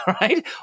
right